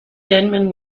denman